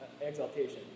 exaltation